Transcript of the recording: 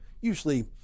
usually